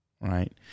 right